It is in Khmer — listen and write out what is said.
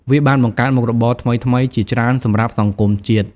វាបានបង្កើតមុខរបរថ្មីៗជាច្រើនសម្រាប់សង្គមជាតិ។